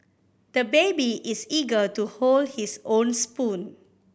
the baby is eager to hold his own spoon